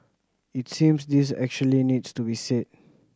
it seems this actually needs to be said